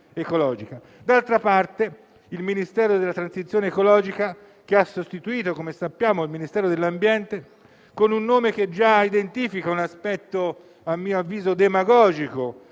D'altra parte, il Ministero della transizione ecologica, che ha sostituito - come sappiamo - il Ministero dell'ambiente, con un nome che già identifica un aspetto a mio